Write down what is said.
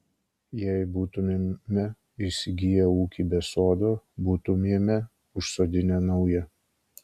jei būtumėme įsigiję ūkį be sodo būtumėme užsodinę naują